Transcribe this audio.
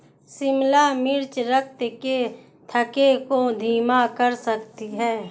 शिमला मिर्च रक्त के थक्के को धीमा कर सकती है